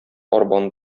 арбаны